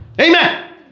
Amen